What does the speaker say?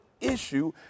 issue